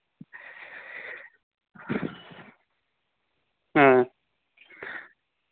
ꯑꯥ